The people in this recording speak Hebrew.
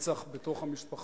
רצח בתוך המשפחה.